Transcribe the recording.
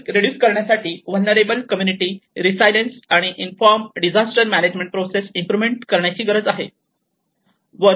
risk reduce करण्यासाठी vulnerable community resilience आणि inform disaster management process improvement करण्याची गरज आहे